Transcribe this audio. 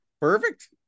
perfect